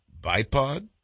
bipod